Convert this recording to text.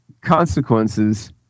consequences